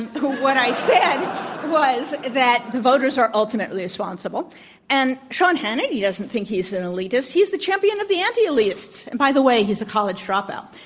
what i said was that voters are ultimately responsible and sean hannity doesn't think he's an elitist. he's the champion of the anti-elitist and, by the way, he's a college dropout.